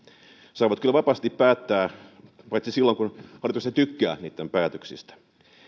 saavat kyllä vapaasti päättää paitsi silloin kun hallitus ei tykkää niitten päätöksistä